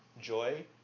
Joy